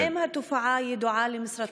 ברצוני לשאול: 1. האם התופעה ידועה למשרדך?